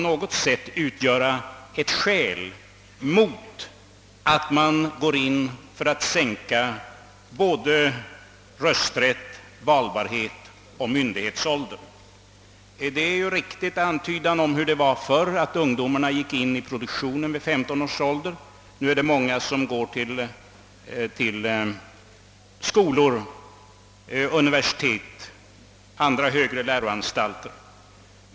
Men detta kan väl inte få utgöra något skäl mot en sänkt rösträtts-, valbarhetsoch myndighetsålder. Här har antytts hur det var förr, då ungdomarna gick in i produktionen vid femton års ålder. Nu är det många som fortsätter att gå i skolor, på universitet och andra högre läroanstalter.